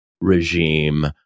regime